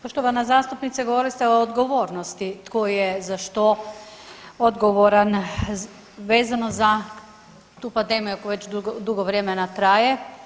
Poštovana zastupnice, govorili ste o odgovornosti tko je za što odgovaran vezano za tu pandemiju koja već dugo vremena traje.